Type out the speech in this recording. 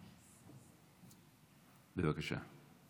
בבקשה.